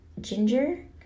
ginger